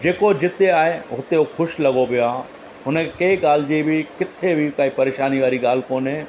जेको जिते आहे हुते हो ख़ुशि लॻो पयो आहे हुन कंहिं ॻाल्हि जी बि किथे बि काई परेशानी वारी ॻाल्हि कोन्हे